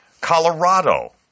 Colorado